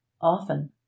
often